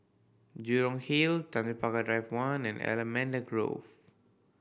Jurong Hill Tanjong Pagar Drive One and Allamanda Grove